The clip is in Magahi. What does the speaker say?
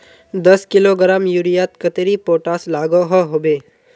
दस किलोग्राम यूरियात कतेरी पोटास लागोहो होबे?